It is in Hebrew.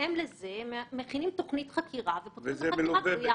בהתאם לזה מכינים תכנית חקירה ופותחים בחקירה גלויה.